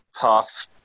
tough